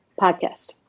podcast